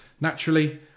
naturally